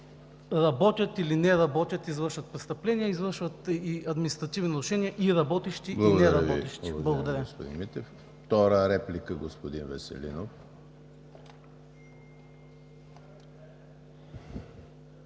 работят или не работят, извършват престъпление и административно нарушение и работещи, и не работещи. Благодаря.